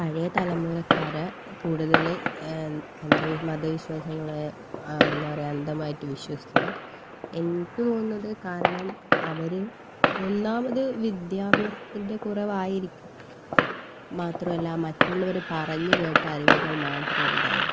പഴയ തലമുറക്കാർ കൂടുതൽ അന്ധ മത വിശ്വാസങ്ങളെ എന്താ പറയാ അന്ധമായിട്ട് വിശ്വസിച്ചത് എനിക്ക് തോന്നുന്നത് കാരണം അവർ ഒന്നാമത് വിദ്യാഭ്യാസത്തിൻ്റെ കുറവായിരിക്കാം മാത്രമല്ല മറ്റുള്ളവർ പറഞ്ഞ് കേട്ട അറിവുകൾ മാത്രമേ ഉണ്ടായി